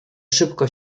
szybko